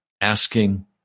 asking